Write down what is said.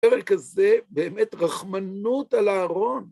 בפרק הזה באמת רחמנות על אהרון.